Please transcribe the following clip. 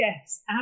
yes